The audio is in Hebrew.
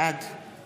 בעד